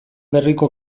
berriko